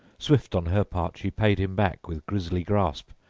swift on her part she paid him back with grisly grasp,